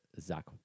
Zach